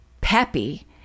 peppy